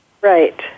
right